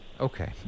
Okay